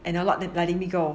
and they are not letting me go